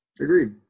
Agreed